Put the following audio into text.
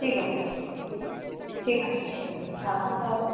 ঠিক আছে ঠিক আছে ঠিক আছে রাখুন তাহলে